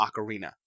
Ocarina